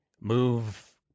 move